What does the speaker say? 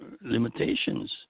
limitations